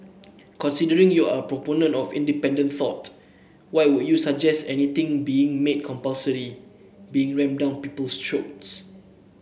considering you're a proponent of independent thought why would you suggest anything being made compulsory being rammed down people's throats